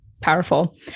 Powerful